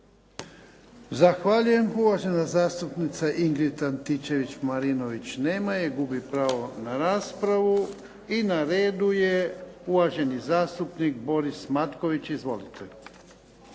Zahvaljujem. Uvažena zastupnica Ingrid Antičevi Marinović. Nema je gubi pravo na raspravu. I na redu je uvaženi zastupnika Boris Matković. Izvolite.